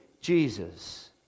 Jesus